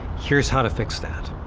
here's how to fix that.